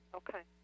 okay